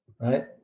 right